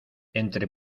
entre